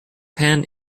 pan